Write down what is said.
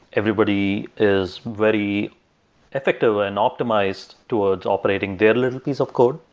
everybody is very effective ah and optimized towards operating their little piece of code,